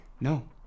No